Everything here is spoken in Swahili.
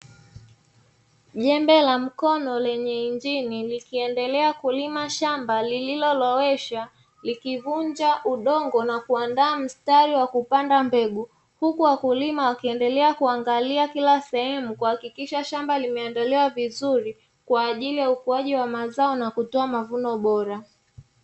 Jembe la mkono lenye injini likiendelea kulima shamba lililoloweshwa likivunja udongo na kuandaa mstari wa kupanda mbegu, huku wakulima wakiendelea kuangalia kila sehemu kuhakikisha shamba limeandaliwa vizuri kwa ajili ya ukuaji wa mazao na kutoa mavuno bora.